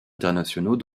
internationaux